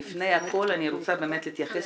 לפני הכול אני רוצה להתייחס,